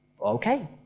okay